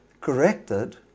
corrected